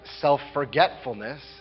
self-forgetfulness